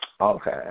Okay